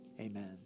amen